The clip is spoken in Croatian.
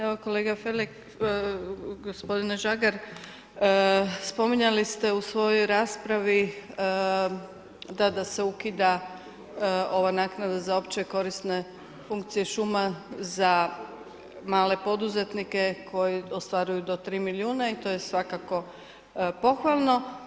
Evo gospodine Žagar, spominjali ste u svojoj raspravi da se ukida ova naknada za opće korisne funkcije šuma, za male poduzetnike koji ostvaruju do 3 milijuna i to je svakako pohvalno.